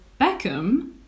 Beckham